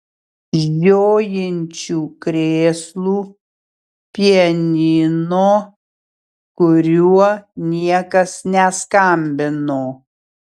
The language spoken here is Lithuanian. žiojinčių krėslų pianino kuriuo niekas neskambino